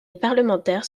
parlementaire